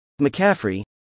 McCaffrey